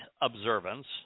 observance